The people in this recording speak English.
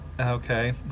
Okay